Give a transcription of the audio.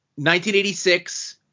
1986